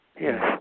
Yes